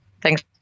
Thanks